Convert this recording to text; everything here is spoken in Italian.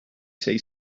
sei